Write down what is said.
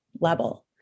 level